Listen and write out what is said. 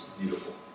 beautiful